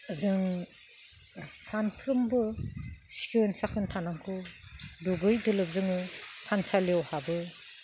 जों सामफ्रोमबो सिखोन साखोन थानांगौ दुगै दोलोब जोङो थानसालियाव हाबो